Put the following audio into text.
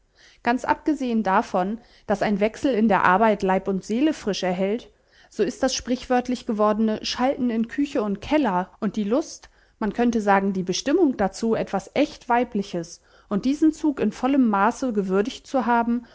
ganz abgesehen davon daß ein wechsel in der arbeit leib und seele frisch erhält so ist das sprichwörtlich gewordene schalten in küche und keller und die lust man könnte sagen die bestimmung dazu etwas echt weibliches und diesen zug in vollem maße gewürdigt zu haben